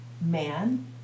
man